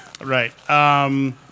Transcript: Right